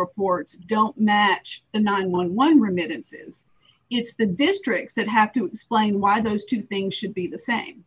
reports don't match the nine hundred and eleven remittances it's the districts that have to explain why those two things should be the same